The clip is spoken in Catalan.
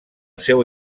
seu